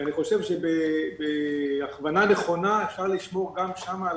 ואני חושב שבהכוונה נכונה אפשר לשמור גם שם על